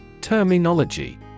Terminology